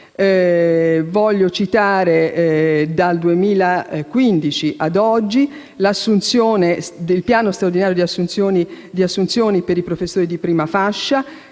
Voglio citare dal 2015 ad oggi l'adozione del piano straordinario di assunzioni per i professori di prima fascia,